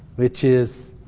which is,